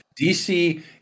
DC